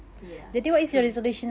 ya true